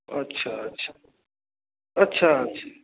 अच्छा अच्छा अच्छा अच्छा